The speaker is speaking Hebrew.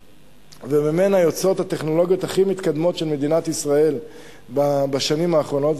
וממנה יוצאות הטכנולוגיות הכי מתקדמות של מדינת ישראל בשנים האחרונות,